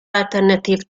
alternative